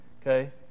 okay